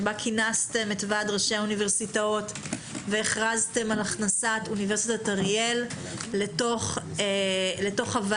שבה כינסתם את ור"ה והכרזתם על הכנסת אוניברסיטת אריאל לתוך הוועד.